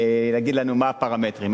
יגיד לנו מה הפרמטרים.